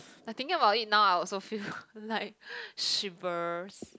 I'm thinking about it now I also feel like shivers